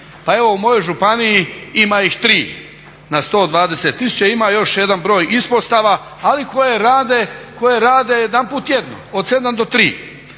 Pa evo u mojoj županiji ima ih 3 na 120 tisuća, ima još jedan broj ispostava ali koje rade jedanput tjedno od 7 do 3,